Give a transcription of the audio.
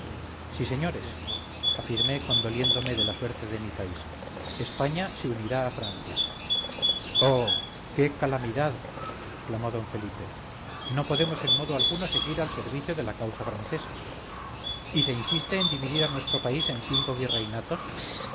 sí señores afirmé condoliéndome de la suerte de mi país españa se unirá a francia oh qué calamidad clamó d felipe no podemos en modo alguno seguir al servicio de la causa francesa y se insiste en dividir a nuestro país en cinco virreinatos